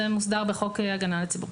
זה מוסדר בחוק הגנה על הציבור.